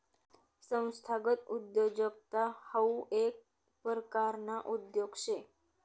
संस्थागत उद्योजकता हाऊ येक परकारना उद्योग शे